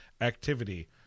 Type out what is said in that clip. activity